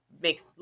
makes